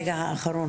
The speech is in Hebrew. האחרון,